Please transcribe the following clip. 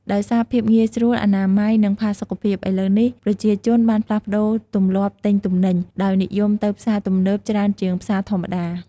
ដោយសារភាពងាយស្រួល អនាម័យ និងផាសុកភាព ឥឡូវនេះប្រជាជនបានផ្លាស់ប្តូរទម្លាប់ទិញទំនិញ ដោយនិយមទៅផ្សារទំនើបច្រើនជាងផ្សារធម្មតា។